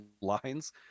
lines